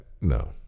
No